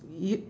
yo~